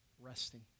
resting